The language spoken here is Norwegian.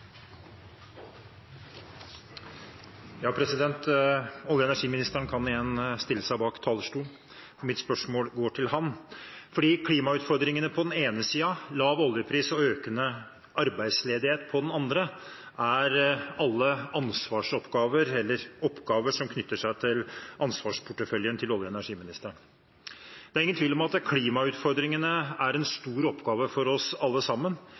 Olje- og energiministeren kan igjen stille seg bak talerstolen. Mitt spørsmål går til ham fordi klimautfordringene på den ene siden og lav oljepris og økende arbeidsledighet på den andre er alle oppgaver som knytter seg til ansvarsporteføljen til olje- og energiministeren. Det er ingen tvil om at klimautfordringene er en stor oppgave for oss alle sammen.